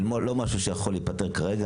זה לא משהו שיכול להיפתר כרגע,